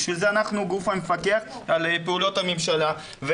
בשביל זה אנחנו הגוף המפקח על פעולות הממשלה.